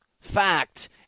fact